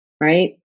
right